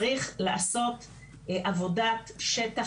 צריך לעשות עבודת שטח,